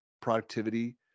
Productivity